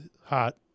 hot